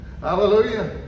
Hallelujah